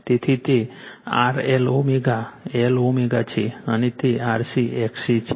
તેથી તે RL Lω છે અને તે RC XC છે